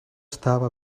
estava